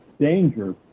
danger